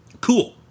Cool